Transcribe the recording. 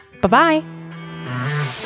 Bye-bye